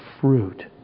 fruit